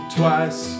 twice